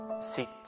seek